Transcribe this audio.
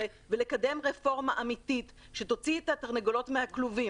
ולקדם רפורמה אמיתית שתוציא את התרנגולות מהכלובים.